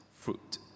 fruit